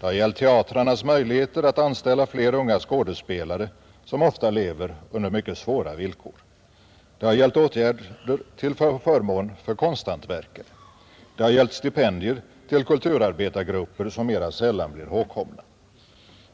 Det har gällt teatrarnas möjligheter att anställa fler unga skådespelare, som ofta lever under mycket svåra villkor. Det har gällt åtgärder till förmån för konsthantverkare. Det har gällt stipendier till kulturarbetargrupper som mera sällan blir ihågkomna.